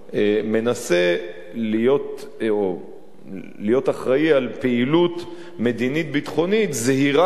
מנסה להיות אחראי לפעילות מדינית-ביטחונית זהירה,